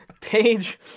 Page